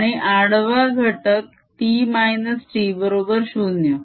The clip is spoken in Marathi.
आणि आडवा घटक आहे T T बरोबर 0